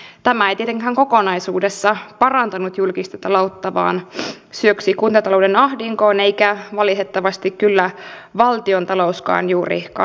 tämä ei tietenkään kokonaisuudessa parantanut julkista taloutta vaan syöksi kuntatalouden ahdinkoon eikä valitettavasti kyllä valtiontalouskaan juuri kasvu urille päässyt